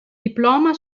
diploma